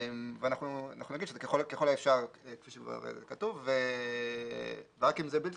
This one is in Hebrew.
אנחנו נגיד שזה ככל האפשר ורק אם זה בלתי